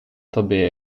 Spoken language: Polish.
tobie